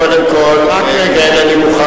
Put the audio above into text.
קודם כול אני מוכן,